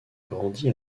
grandi